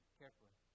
carefully